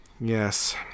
Yes